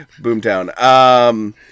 Boomtown